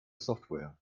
software